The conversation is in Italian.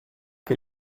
che